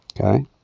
okay